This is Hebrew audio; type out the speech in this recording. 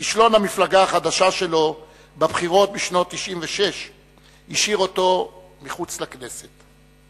כישלון המפלגה החדשה שלו בבחירות בשנת 1996 השאיר אותו מחוץ לכנסת.